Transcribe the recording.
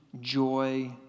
joy